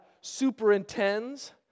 superintends